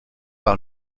par